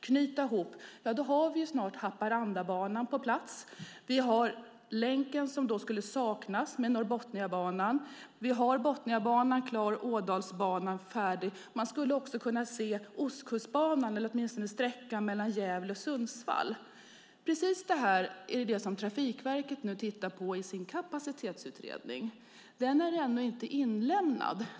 Vi har snart Haparandabanan på plats. Länken som skulle saknas är Norrbotniabanan. Vi har Botniabanan klar och Ådalsbanan färdig. Man skulle också kunna titta på Ostkustbanan, åtminstone sträckan mellan Gävle och Sundsvall. Precis det här är det som Trafikverket nu undersöker i sin kapacitetsutredning. Den är ännu inte inlämnad.